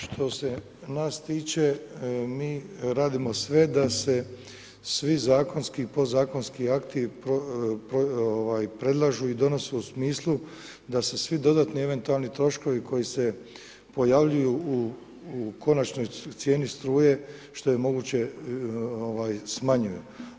Što se nas tiče mi radimo sve da se svi zakonski i podzakonski akti predlažu i donose u smislu da se svi dodatni i eventualni troškovi koji se pojavljuju u konačnoj cijeni struje, što je moguće smanjuju.